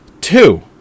Two